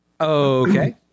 Okay